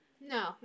No